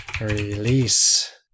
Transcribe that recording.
Release